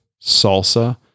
salsa